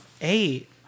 eight